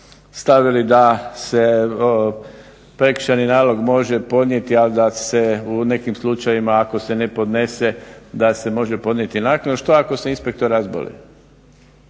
stavili da se prekršajni nalog može podnijeti, ali da se u nekim slučajevima ako se ne podnese da se može podnijeti naknadno. Što ako se inspektor razboli,